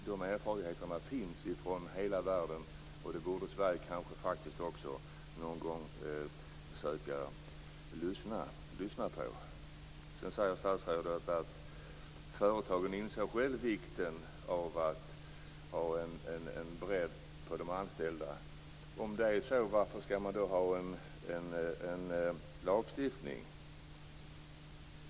De erfarenheterna finns från hela världen. Det borde kanske också Sverige någon gång försöka lyssna på. Statsrådet säger att företagen själva inser vikten att av att ha en bredd på de anställda. Om det är så, varför skall man då ha en lagstiftning?